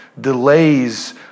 delays